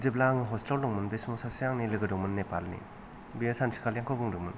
जेब्ला आं हसथेलाव दङमोन बे समाव सासे आंनि लोगो दंमोन नेफाल नि बियो सानसेखालि आंखौ बुंदोंमोन